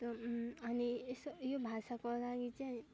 जस्तो अनि यसो यो भाषाको लागि चाहिँ